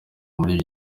muri